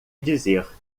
dizer